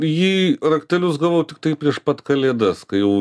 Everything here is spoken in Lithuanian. į jį raktelius gavau tiktai prieš pat kalėdas kai jau